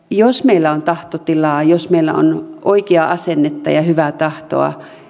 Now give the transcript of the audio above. jos meillä on tahtotilaa jos meillä on oikeaa asennetta ja hyvää tahtoa